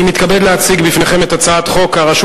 אני מתכבד להציג בפניכם את הצעת חוק הרשות